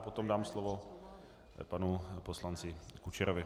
Potom dám slovo panu poslanci Kučerovi.